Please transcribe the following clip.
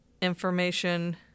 information